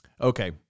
Okay